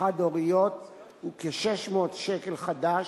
חד-הוריות הוא כ-600 שקל חדש,